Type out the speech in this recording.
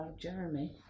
Jeremy